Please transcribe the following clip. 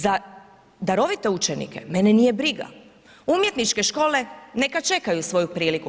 Za darovite učenike, mene nije briga, umjetničke škole neka čekaju svoju priliku.